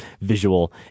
visual